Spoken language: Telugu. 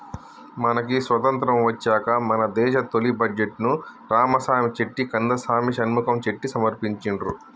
మనకి స్వతంత్రం వచ్చాక మన దేశ తొలి బడ్జెట్ను రామసామి చెట్టి కందసామి షణ్ముఖం చెట్టి సమర్పించిండ్రు